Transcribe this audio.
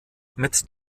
mit